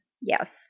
Yes